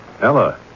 Ella